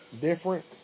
different